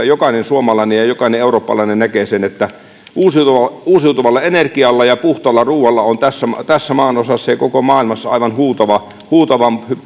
jokainen suomalainen ja jokainen eurooppalainen näkee sen että uusiutuvasta uusiutuvasta energiasta ja puhtaasta ruuasta on tässä tässä maanosassa ja koko maailmassa aivan huutava huutava